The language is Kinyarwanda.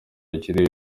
rukiri